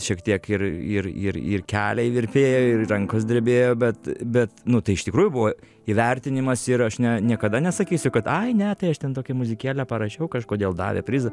šiek tiek ir ir ir ir keliai virpėjo rankos drebėjo bet bet nu tai iš tikrųjų buvo įvertinimas ir aš ne niekada nesakysiu kad ai ne tai aš ten tokią muzikėlę parašiau kažkodėl davė prizą